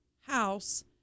house